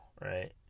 right